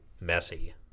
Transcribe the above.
messy